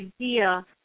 idea